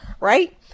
right